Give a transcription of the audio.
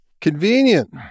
Convenient